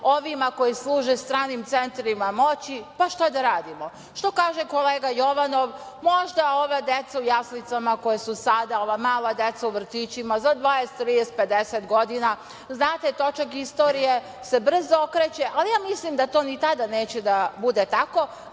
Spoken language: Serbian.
ovima koji služe stranim centrima moći, pa šta da radimo? Što kaže kolega Jovanov, možda ova deca u jaslicama koja su sada, ova mala deca u vrtićima, za 20, 30, 50 godina, znate, točak istorije se brzo okreće, ali ja mislim da to ni tada neće da bude tako,